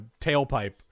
tailpipe